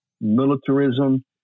militarism